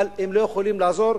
אבל הם לא יכולים לעזור,